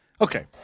Okay